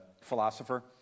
philosopher